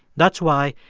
that's why,